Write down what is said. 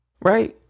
Right